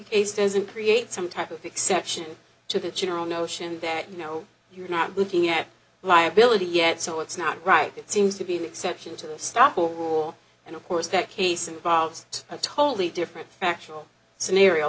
doesn't create some type of exception to the general notion that you know you're not looking at liability yet so it's not right it seems to be an exception to the stop pool and of course that case involves a totally different actual scenario